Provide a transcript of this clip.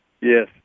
Yes